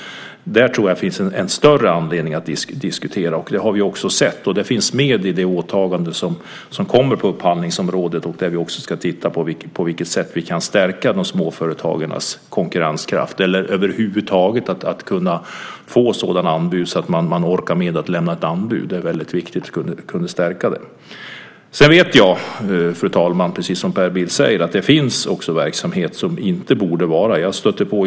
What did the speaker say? Det tror jag finns en större anledning att diskutera. Det har vi också sett. Det finns med i det åtagande som kommer på upphandlingsområdet. Vi ska också titta på vilket sätt vi kan stärka småföretagarnas konkurrenskraft. Det handlar över huvud taget om att kunna få sådan upphandling att man orkar med att lämna ett anbud. Det är väldigt viktigt att stärka det. Fru talman! Jag vet att det också finns verksamhet som inte borde finnas, som Per Bill säger.